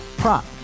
Prop